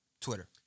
Twitter